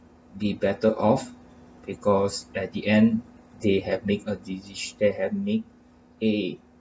be better off because at the end they have make a deci~ they have make a